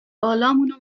بالامونو